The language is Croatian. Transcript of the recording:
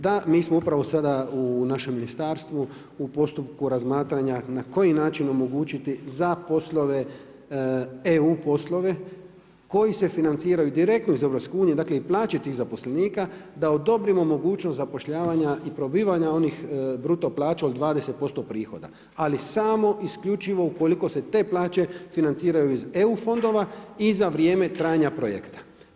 Da, mi smo upravo sada u našem ministarstvu u postupku razmatranja na koji način omogućiti za eu poslove, koji se financiraju direktno iz EU i plaće tih zaposlenika da odobrimo mogućnost zapošljavanja i probivanja onih bruto plaća od 20% prihoda, ali samo i isključivo ukoliko se te plaće financiraju iz eu fondova i za vrijeme trajanja projekta.